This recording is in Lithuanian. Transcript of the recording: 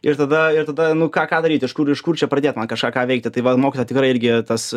ir tada ir tada nu ką ką daryt iš kur iš kur čia pradėt man kažką ką veikti tai va mokytoja tikrai irgi tas